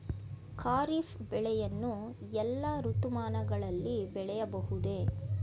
ಖಾರಿಫ್ ಬೆಳೆಯನ್ನು ಎಲ್ಲಾ ಋತುಮಾನಗಳಲ್ಲಿ ಬೆಳೆಯಬಹುದೇ?